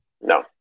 No